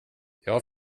jag